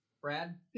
Brad